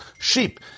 sheep